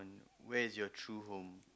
where is your true home